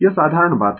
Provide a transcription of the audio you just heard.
यह साधारण बात है